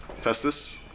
festus